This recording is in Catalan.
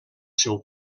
seu